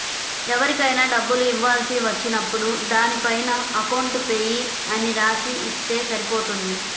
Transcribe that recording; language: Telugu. ఎవరికైనా డబ్బులు ఇవ్వాల్సి వచ్చినప్పుడు దానిపైన అకౌంట్ పేయీ అని రాసి ఇస్తే సరిపోతుంది